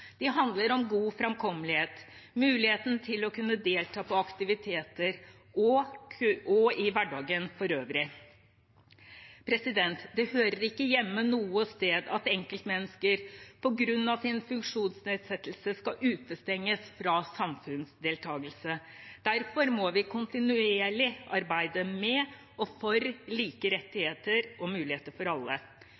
Det handler om god framkommelighet og muligheten til å kunne delta på aktiviteter og i hverdagen for øvrig. Det hører ikke hjemme noe sted at enkeltmennesker på grunn av sin funksjonsnedsettelse skal utestenges fra samfunnsdeltakelse. Derfor må vi kontinuerlig arbeide med og for like